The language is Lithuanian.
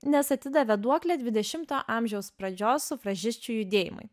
nes atidavė duoklę dvidešimto amžiaus pradžios sufražisčių judėjimui